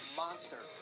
monster